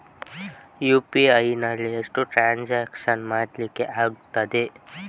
UPI ನಲ್ಲಿ ಎಷ್ಟು transaction ಮಾಡ್ಲಿಕ್ಕೆ ಆಗ್ತದೆ?